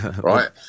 right